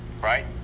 right